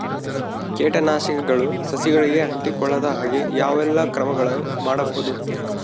ಕೇಟನಾಶಕಗಳು ಸಸಿಗಳಿಗೆ ಅಂಟಿಕೊಳ್ಳದ ಹಾಗೆ ಯಾವ ಎಲ್ಲಾ ಕ್ರಮಗಳು ಮಾಡಬಹುದು?